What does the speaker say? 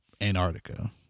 Antarctica